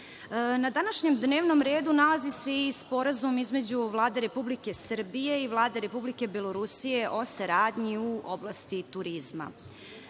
na današnjem dnevnom redu nalazi i Sporazum između Vlade Republike Srbije i Vlade Republike Belorusije o saradnji u oblasti turizma. Između